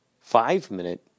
five-minute